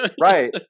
Right